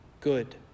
good